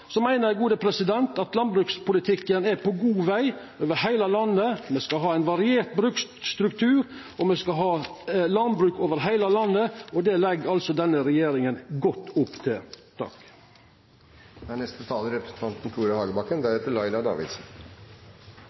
meiner eg at landbrukspolitikken er på god veg over heile landet. Me skal ha ein variert bruksstruktur, og me skal ha landbruk over heile landet. Det legg altså denne regjeringa godt opp til.